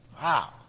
Wow